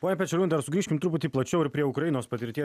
pone pečeliūnai dar sugrįžkim truputį plačiau ir prie ukrainos patirtie